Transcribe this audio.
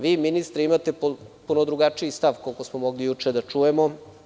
Vi, ministre, imate potpuno drugačiji stav, koliko smo mogli juče da čujemo.